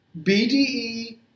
BDE